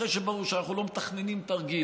אחרי שברור שאנחנו לא מתכננים תרגיל